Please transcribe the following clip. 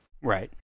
Right